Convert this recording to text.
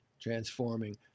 transforming